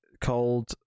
called